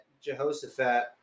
Jehoshaphat